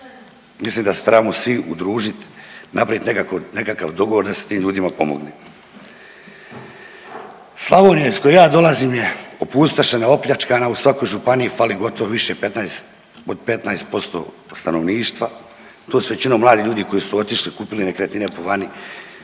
mislim da se trebamo svi udružit, napraviti nekakav dogovor da se tim ljudima pomogne. Slavonija iz koje ja dolazim je opustošena, opljačkana, u svakoj županiji fali gotovo više od 15% stanovništva, to su većinom mladi ljudi koji su otišli, kupili nekretnine po vani,